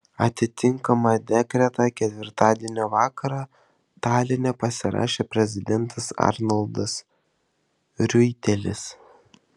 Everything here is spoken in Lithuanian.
atitinkamą dekretą ketvirtadienio vakarą taline pasirašė prezidentas arnoldas riuitelis